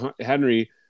henry